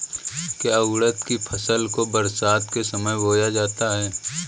क्या उड़द की फसल को बरसात के समय बोया जाता है?